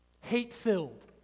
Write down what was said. hate-filled